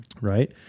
Right